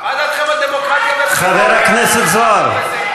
מה דעתכם על דמוקרטיה, חבר הכנסת זוהר.